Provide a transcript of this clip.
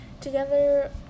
together